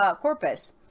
corpus